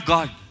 God